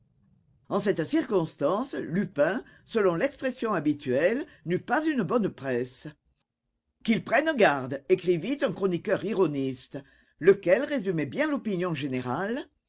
en cette circonstance lupin selon l'expression habituelle n'eut pas une bonne presse qu'il prenne garde écrivit un chroniqueur ironiste lequel résumait bien l'opinion générale